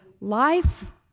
life